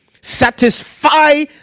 satisfy